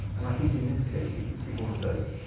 and i think, in this case, it and is one of those.